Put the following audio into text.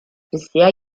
bisher